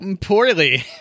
poorly